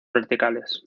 verticales